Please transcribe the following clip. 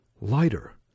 lighter